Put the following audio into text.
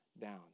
down